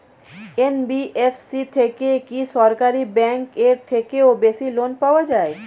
NBFC থেকে কি সরকারি ব্যাংক এর থেকেও বেশি লোন পাওয়া যায়?